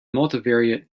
multivariate